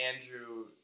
Andrew